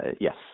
Yes